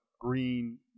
green